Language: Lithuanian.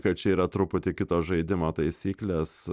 kad čia yra truputį kitoks žaidimo taisykles